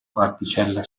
particelle